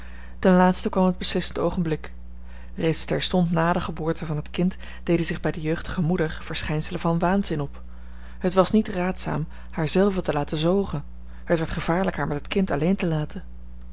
ten laatste kwam het beslissend oogenblik reeds terstond na de geboorte van het kind deden zich bij de jeugdige moeder verschijnselen van waanzin op het was niet raadzaam haar zelve te laten zogen het werd gevaarlijk haar met het kind alleen te laten